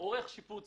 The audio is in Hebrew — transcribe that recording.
כשעורכים שיפוץ,